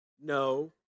No